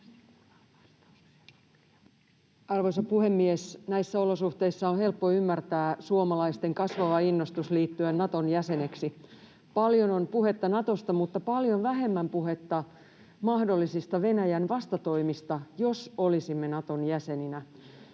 Arvoisa puhemies! Näissä olosuhteissa on helppo ymmärtää suomalaisten kasvava innostus liittyä Naton jäseneksi. Paljon on puhetta Natosta mutta paljon vähemmän puhetta mahdollisista Venäjän vastatoimista, jos olisimme Naton jäseninä.